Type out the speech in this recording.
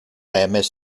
aimait